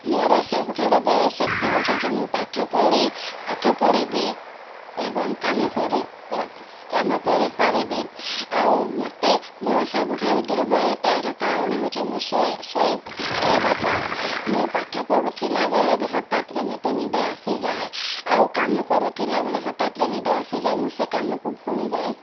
ମୋର ସବୁଠାରୁ ବଡ଼ ଶକ୍ତି ହେଉଛି ଯେ ମୁଁ ପାଠ ପଢ଼ି ପାଠ ପଢ଼ିବି ଏବଂ କାମ କରି କ କାମ କରିପାରିବି ଆଉ ମୋତେ ମୋର ସବୁଠାରୁ ଦୁର୍ବଳତାର କାରଣ ହେଉଛି ମୁଁ ଶୋଇ ଶୋଇ ଶୋଇବାଟା ମୁଁ ପାଠ ପଢ଼ୁଥିଲାବେଳେ ବି ହଠାତ୍ରେ ମୋତେ ନିଦ ଆସି ଯାଏ ଆଉ କାମ କରୁଥିଲାବେଳେ ହଠାତ୍ରେ ନିଦ ଆସି ଯାଏ ମୁଁ ସେ କାମକୁ ଭୁଲିଯାଇ